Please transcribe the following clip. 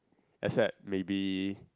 except maybe